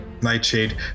Nightshade